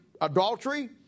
adultery